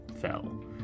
fell